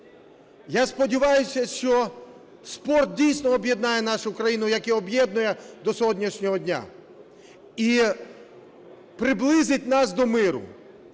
Я сподіваюся, що спорт дійсно об'єднає нашу країну, як і об'єднує до сьогоднішнього дня, і приблизить нас до миру,